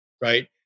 right